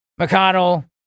McConnell